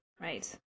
Right